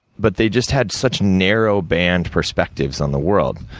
but they just had such narrow band perspectives on the world.